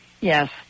yes